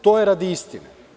To je radi istine.